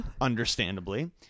understandably